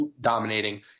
dominating